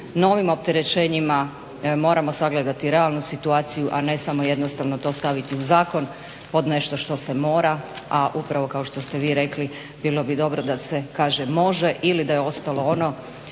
novim opterećenjima moramo sagledati realnu situaciju a ne samo jednostavno to staviti u zakon pod nešto što se mora. A upravo kao što ste vi rekli bilo bi dobro da se kaže može ili da je ostalo ono